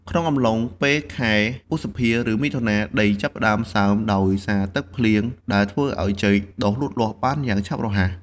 ក្នុងអំឡុងពេលខែឧសភា ឬមិថុនា ដីចាប់ផ្តើមសើមដោយសារទឹកភ្លៀងដែលធ្វើឱ្យចេកដុះលូតលាស់បានយ៉ាងឆាប់រហ័ស។